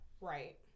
Right